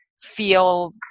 feel